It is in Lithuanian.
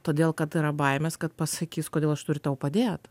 todėl kad yra baimės kad pasakys kodėl aš turiu tau padėt